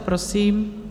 Prosím.